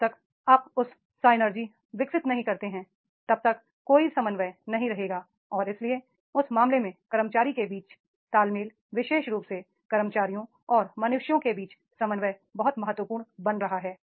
जब तक आप उस सिनर्जी विकसित नहीं करते हैं तब तक कोई समन्वय नहीं रहेगा और इसलिए उस मामले में कर्मचारियों के बीच तालमेल विशेष रूप से कर्मचारियों और मनुष्यों के बीच समन्वय बहुत महत्वपूर्ण बन रहा है